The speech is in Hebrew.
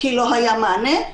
כי לא היה מענה,